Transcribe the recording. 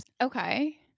Okay